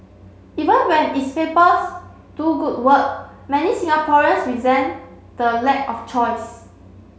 even when its papers do good work many Singaporeans resent the lack of choice